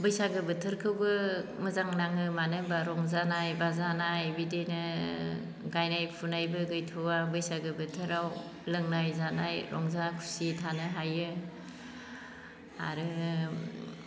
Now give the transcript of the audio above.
बैसागो बोथोरखोबो मोजां नाङो मानो होनब्ला रंजानाय बाजानाय बिदिनो गायनाय फुनायबो गैथ'वा बैसागो बोथोराव लोंनाय जानाय रंजा खुसि थानो हायो आरो